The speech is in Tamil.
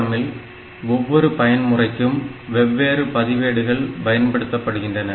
ARM இல் ஒவ்வொரு பயன் முறைக்கும் வெவ்வேறு பதிவேடுகள் பயன்படுத்தப்படுகின்றன